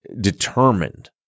determined